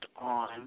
on